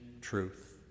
truth